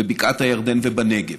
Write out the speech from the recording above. בבקעת הירדן ובנגב.